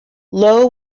lowe